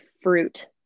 fruit